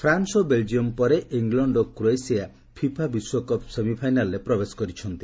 France ଓ Belgium ପରେ England ଓ କ୍ରୋଏସିଆ ଫିଫା ବିଶ୍ୱକପ୍ ସେମିଫାଇନାଲରେ ପ୍ରବେଶ କରିଛନ୍ତି